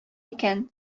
икән